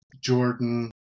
Jordan